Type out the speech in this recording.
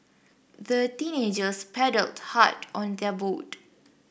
the teenagers paddled hard on their boat